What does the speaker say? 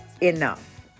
enough